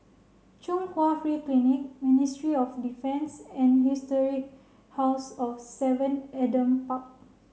Chung Hwa Free Clinic Ministry of Defence and Historic House of seven Adam Park